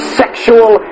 sexual